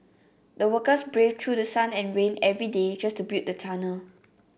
the workers braved through sun and rain every day just to build the tunnel